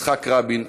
יצחק רבין,